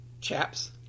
chaps